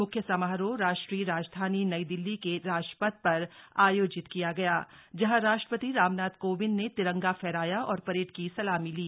म्ख्य समारोह राष्ट्रीय राजधानी नई दिल्ली के राजपथ पर आयोजित किया गया जहां राष्ट्रपति रामनाथ कोविंद ने तिरंगा फहराया और परेड की सलामी ली